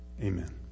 Amen